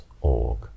org